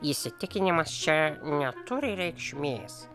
įsitikinimas čia neturi reikšmės